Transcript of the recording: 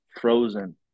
frozen